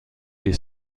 des